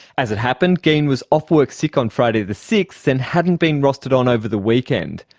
as it happened, geen was off work sick on friday the sixth and hadn't been rostered on over the weekend.